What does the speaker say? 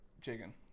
chicken